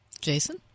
Jason